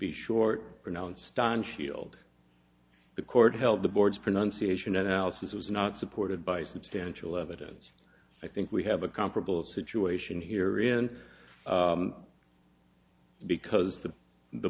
be short pronounced on shield the court held the board's pronunciation analysis was not supported by substantial evidence i think we have a comparable situation here in because the